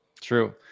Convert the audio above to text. True